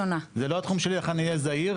זה לא התחום שלי, לכן אני אהיה זהיר.